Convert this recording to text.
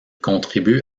contribue